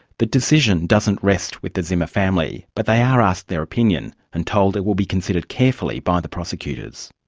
the decision doesn't rest with the zimmer family, but they are asked their opinion, and told it will be considered carefully by the prosecutors.